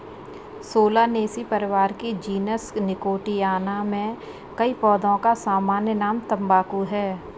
Solanaceae परिवार के genus Nicotiana में कई पौधों का सामान्य नाम तंबाकू है